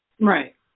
Right